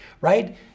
right